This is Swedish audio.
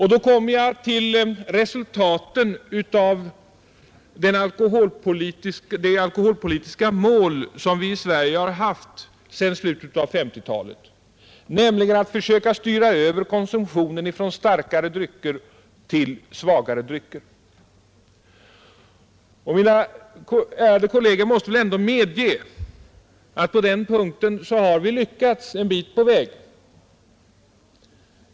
Här kommer jag till frågan, i vilken mån vi har nått det alkoholpolitiska mål som vi i Sverige har ställt upp för oss sedan slutet av 1950-talet: att försöka styra över konsumtionen från starkare till svagare drycker. Mina ärade kolleger måste väl ändå medge att på den punkten har vi lyckats komma en bit på väg.